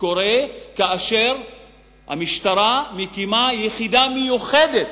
קורה גם כאשר המשטרה מקימה יחידה מיוחדת